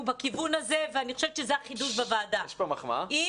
בכיוון הזה ואני חושבת שזה החידוד בוועדה אם